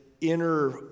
inner